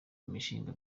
imishinga